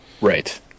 Right